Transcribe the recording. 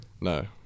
No